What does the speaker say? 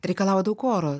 reikalauja daug oro